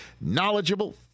knowledgeable